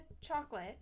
chocolate